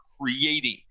creating